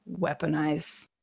weaponize